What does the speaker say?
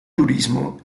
turismo